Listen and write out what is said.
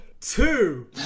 Two